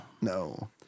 No